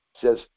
says